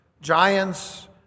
giants